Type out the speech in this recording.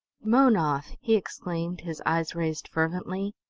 mownoth! he exclaimed, his eyes raised fervently.